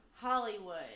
Hollywood